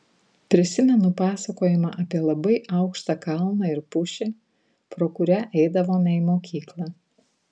prisimenu pasakojimą apie labai aukštą kalną ir pušį pro kurią eidavome į mokyklą